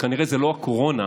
וכנראה זה לא הקורונה